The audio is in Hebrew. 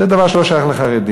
זה דבר שלא שייך לחרדים.